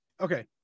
Okay